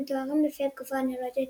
המתוארכים לתקופה הנאוליתית.